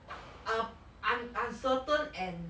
un~ un~ uncertain and